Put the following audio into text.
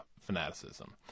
fanaticism